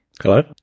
Hello